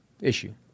issue